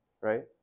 right